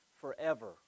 forever